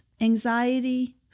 anxiety